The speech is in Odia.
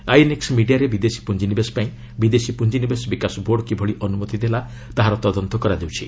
ଆଇଏନଏକୁ ମିଡ଼ିଆରେ ବିଦେଶୀ ପୁଞ୍ଜି ନିବେଶ ପାଇଁ ବିଦେଶୀ ପୁଞ୍ଜି ନିବେଶ ବିକାଶ ବୋର୍ଡ କିଭଳି ଅନୁମତି ଦେଲା ତାହାର ତଦନ୍ତ କରାଯାଉଛି